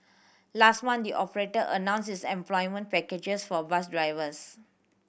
last month the operator announced its employment package for bus drivers